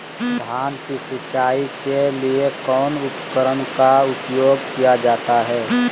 धान की सिंचाई के लिए कौन उपकरण का उपयोग किया जाता है?